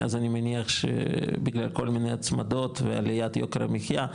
מאז אני מניח שבגלל כל מיני הצמדות ועליית יוקר המחייה,